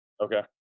Okay